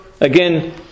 again